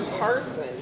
person